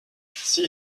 sieh